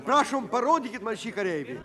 prašom parodykit man šį kareivį